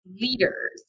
leaders